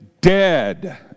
dead